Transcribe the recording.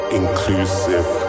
inclusive